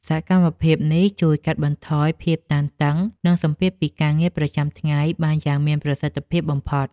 សកម្មភាពនេះជួយកាត់បន្ថយភាពតានតឹង និងសម្ពាធពីការងារប្រចាំថ្ងៃបានយ៉ាងមានប្រសិទ្ធភាពបំផុត។